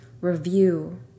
review